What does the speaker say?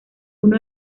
uno